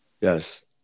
Yes